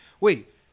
Wait